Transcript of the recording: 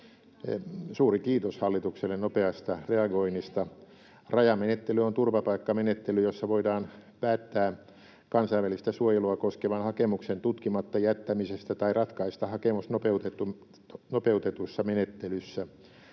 Purra: Se on vielä eduskunnassa!] Rajamenettely on turvapaikkamenettely, jossa voidaan päättää kansainvälistä suojelua koskevan hakemuksen tutkimatta jättämisestä tai ratkaista hakemus nopeutetussa menettelyssä.